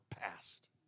past